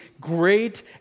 great